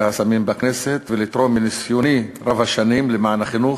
הסמים בכנסת ולתרום מניסיוני רב השנים למען החינוך,